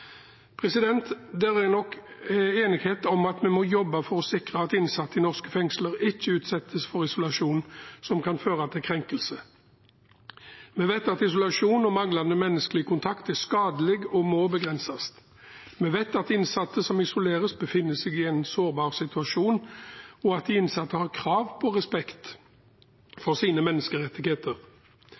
er nok enighet om at vi må jobbe for å sikre at innsatte i norske fengsler ikke utsettes for isolasjon som kan føre til krenkelse. Vi vet at isolasjon og manglende menneskelig kontakt er skadelig og må begrenses. Vi vet at innsatte som isoleres, befinner seg i en sårbar situasjon, og at de innsatte har krav på respekt for sine menneskerettigheter.